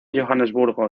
johannesburgo